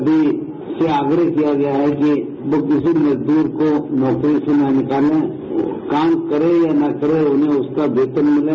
सभी आग्रह किया गया है कि वो किसी भी मजदूर को नौकरी से न निकाले काम करे या न करें उन्हें उसका वेतन मिले